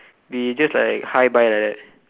we just like hi bye like that